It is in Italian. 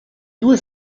due